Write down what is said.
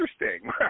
interesting